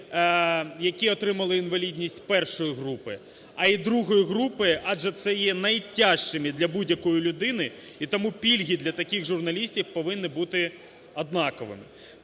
які отримали інвалідність І групи, а і ІІ групи, адже це є найтяжчими для будь-якої людини. І тому пільги для таких журналістів повинні бути однаковими.